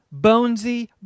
Bonesy